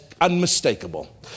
unmistakable